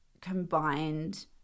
combined